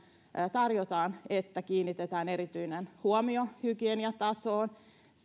tarjotaan että kiinnitetään erityinen huomio hygieniatasoon